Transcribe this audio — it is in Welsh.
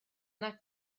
nac